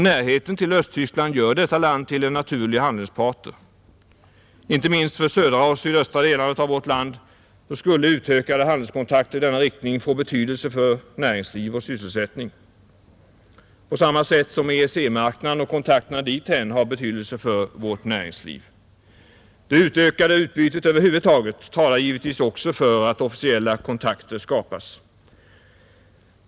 Närheten till Östtyskland gör detta land till en naturlig handelspartner, Inte minst för de södra och sydöstra delarna av vårt land skulle utökade handelskontakter i denna riktning få betydelse för näringsliv och sysselsättning på samma sätt som EEC-marknaden och kontakterna med den har betydelse för vårt näringsliv. Det ökade utbytet över huvud taget talar givetvis också för att officiella kontakter skapas.